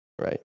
right